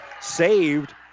saved